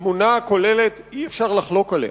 התמונה הכוללת, שאי-אפשר לחלוק עליה,